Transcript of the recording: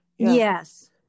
Yes